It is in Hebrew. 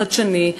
חדשני,